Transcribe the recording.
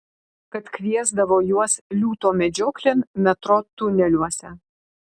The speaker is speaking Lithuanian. kad kviesdavo juos liūto medžioklėn metro tuneliuose